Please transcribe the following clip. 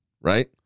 right